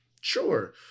Sure